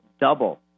double